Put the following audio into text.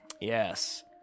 Yes